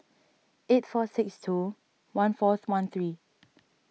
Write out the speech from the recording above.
eight four six two one fourth one three